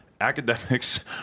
academics